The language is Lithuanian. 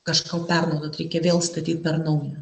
kažko pernaudot reikia vėl statyt per naują